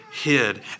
hid